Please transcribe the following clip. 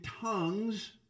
tongues